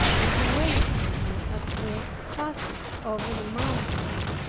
and to wait for me at the passage over the mountains,